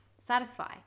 Satisfy